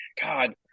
God